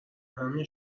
همین